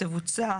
תבוצע,